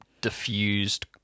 diffused